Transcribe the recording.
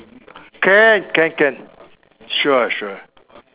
can can can sure sure